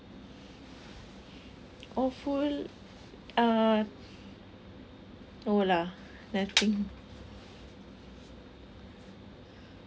awful uh no lah nothing